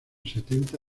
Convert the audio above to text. setenta